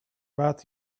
about